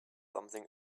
something